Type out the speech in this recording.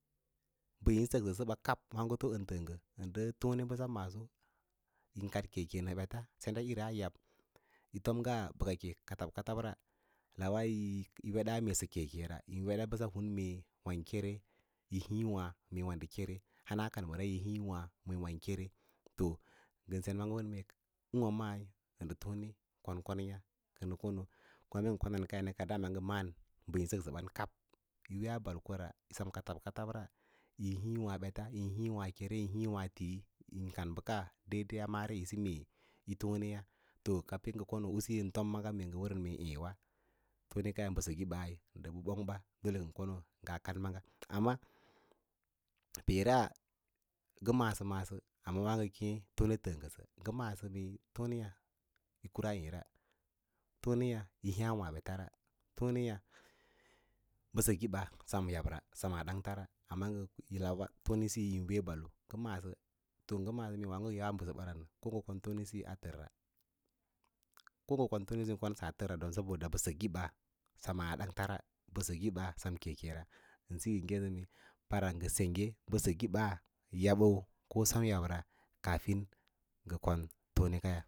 Bə yín səksə seɓa kab wǎǎgə to yin təə ngə ən ndə tone bəsa maaso yin kad keke maɓeta sendaꞌira yi yab, yi tom ngaa bəkəke katab. Katab ra lawa yi wedaa mee sə ke ke ra yin weɗa bəsa hur wân kere yi hiĩ waã meeu kere, hana kanməra yin hiĩ wâ men kere to ngən sen. Maaga hun ûwâ mai ndə tone kon konye kənə kono nə maꞌân bə yin səksə bən kab yi weeya bal ko ra, sem katab, katab ra yín hiĩ waã ɓetas, yin hiĩ waã kere yin kan bəka daidai a mare isi mee yí tone yǎ to kalpa ngə kono usiya yin tom maaga ngə wərən mee eewa tone kayai bə sək ibai ndə bə bong ɓa, dole ngə ko no ngaa kad maaga amma peera, nga maꞌâsə, maꞌâ’sə amma ngə kēē tone təə ngə sə, ngə maꞌâsə tone yǎ yi kura ěě ra, tone yǎ yi hiĩyǎ waã ate ra, tone ya bə sək ꞌiba sem yabra semaa dangya ra, amma lawa tonsesiyi yín wee balo ngə maꞌa’sə to ma ye ngə maꞌâsə ngə yawa bəsəba ra ko ngə kon tonesiyi ngaa tərra ko nga kon tonesiyi kon ɓaa tərra don bə səkꞌibs semaa dangta ra mbə sək iba sem keke ra ən siyo nə keẽ sə mee para ngə sengge mbə sək ibs yabəu ko sema yaba kafin ngə kon tone kaya.